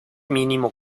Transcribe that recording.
mínimo